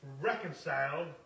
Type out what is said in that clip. reconciled